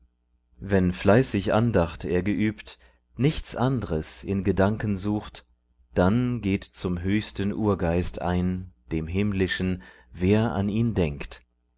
wenn fleißig andacht er geübt nichts andres in gedanken sucht dann geht zum höchsten urgeist ein dem himmlischen wer an ihn denkt